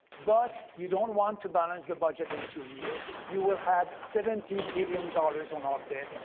but you don't want to balance the budget in two years. you will have seventy billion dollars on our debt.